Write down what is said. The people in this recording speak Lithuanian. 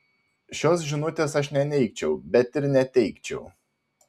šios žinutės aš neneigčiau bet ir neteigčiau